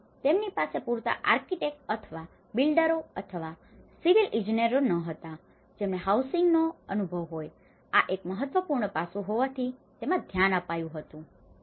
પરંતુ તેમની પાસે પૂરતા આર્કિટેક્ટ અથવા બિલ્ડરો અથવા સિવિલ ઇજનેરો ન હતા કે જેમને હાઉસિંગનો housingઆવાસન અનુભવ હોય આ એક મહત્વપૂર્ણ પાસું હોવાથી તેમણે તેમાં ધ્યાન આપ્યું હતું